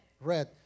red